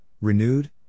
renewed